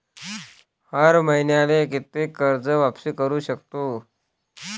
हर मईन्याले कितीक कर्ज वापिस करू सकतो?